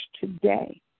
today